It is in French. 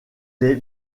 lès